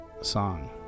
song